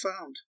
found